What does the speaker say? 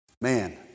Man